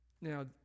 Now